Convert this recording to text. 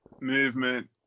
movement